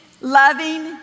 loving